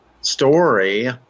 story